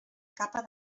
capa